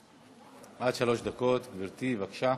עד שלוש דקות, גברתי, בבקשה.